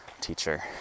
teacher